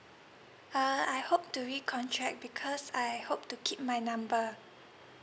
uh I hope to recontract because I hope to keep my number